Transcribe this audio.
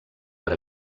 per